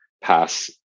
pass